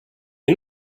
you